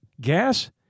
Gas